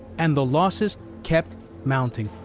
and the losses kept mounting.